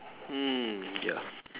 mm ya